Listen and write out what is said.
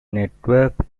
network